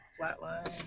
Flatline